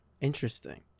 Interesting